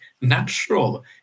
natural